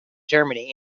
germany